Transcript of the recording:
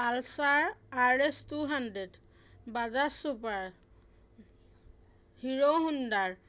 pulsar R S two hundred Bajaj super Hero Honda